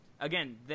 again